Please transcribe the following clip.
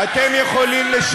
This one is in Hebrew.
אתה ממשיך להסית.